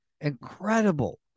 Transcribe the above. incredible